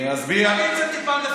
אני הצעתי פעם לפנות את אריאל?